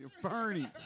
Bernie